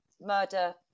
murder